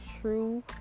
true